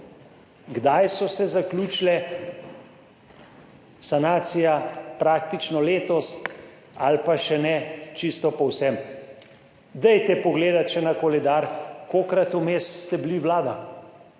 Kdaj so se zaključile? Sanacija praktično letos ali pa še ne čisto povsem. Dajte pogledati še na koledar, kolikokrat vmes ste bili vlada.